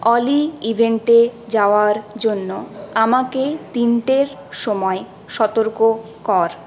অলি ইভেন্টে যাওয়ার জন্য আমাকে তিনটের সময় সতর্ক কর